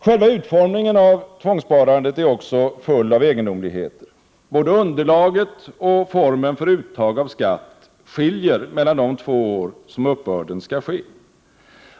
Själva utformningen av tvångssparandet är också full av egendomligheter. Både underlaget och formen för uttag av skatt skiljer mellan de två år som uppbörden skall ske.